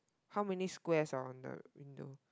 how many squares are on the window